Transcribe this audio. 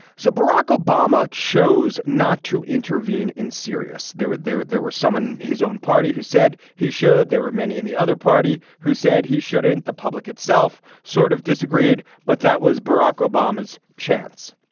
so barack obama chose not to intervene in serious. there were there there were some in his own party who said he should. there are many in the other party who said he should in the public itself sort of disagreed but that was barack obama's chance.